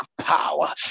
power